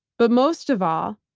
but most of all,